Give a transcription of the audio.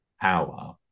power